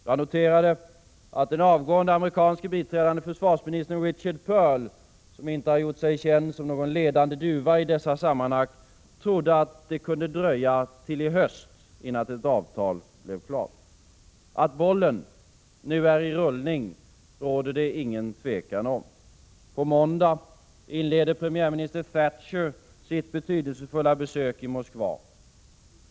Jag noterade att den avgående amerikanske biträdande försvarsministern Richard Perle, som inte har gjort sig känd som någon ledande duva i dessa sammanhang, trodde att det kunde dröja till i höst innan ett avtal blev klart. Men att bollen nu är i rullning råder det inget tvivel om. På måndag inleder premiärminister Thatcher sitt betydelsefulla besök i Moskva.